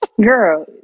girl